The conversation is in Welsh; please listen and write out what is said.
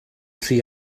tri